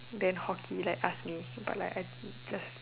then hockey like ask me but like I just